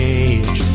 age